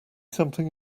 something